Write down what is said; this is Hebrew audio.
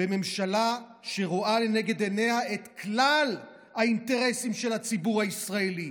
בממשלה שרואה לנגד עיניה את כלל האינטרסים של הציבור הישראלי,